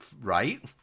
right